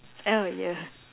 oh ya